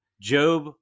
Job